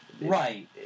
Right